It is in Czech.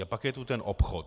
A pak je tu ten obchod.